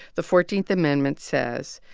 the fourteenth amendment says,